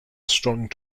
strong